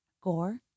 gore